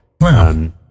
Wow